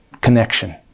connection